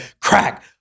crack